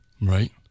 Right